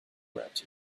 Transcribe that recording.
around